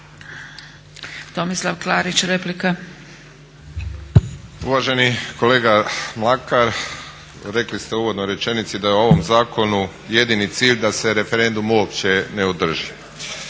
Tomislav (HDZ)** Uvaženi kolega Mlakar, rekli ste u uvodnoj rečenici da je ovom zakonu jedini cilj da se referendum uopće ne održi.